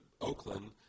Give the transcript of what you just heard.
Oakland